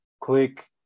click